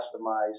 customize